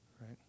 Right